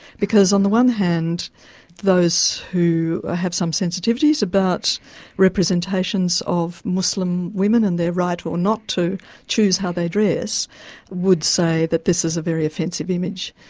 because on the one hand those who have some sensitivities about representations of muslim women and their right or not to choose how they dress would say that this is a very offensive image.